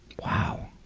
wow.